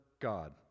God